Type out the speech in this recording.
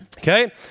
Okay